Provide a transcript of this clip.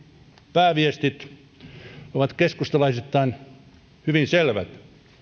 pääviestit ovat keskustalaisittain hyvin selvät